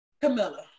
camilla